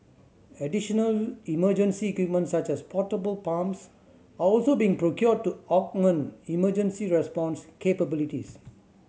additional emergency equipment such as portable pumps are also being procured to augment emergency response capabilities